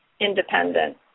independent